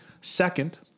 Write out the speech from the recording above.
second